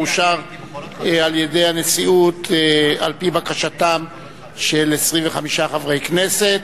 אושר על-ידי הנשיאות על-פי בקשתם של 25 חברי כנסת.